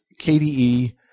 kde